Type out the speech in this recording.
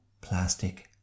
plastic